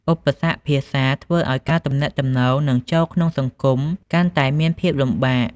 ឧបសគ្គភាសាធ្វើឲ្យការទំនាក់ទំនង និងចូលក្នុងសង្គមកាន់តែមានភាពលំបាក។